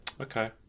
Okay